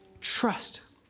trust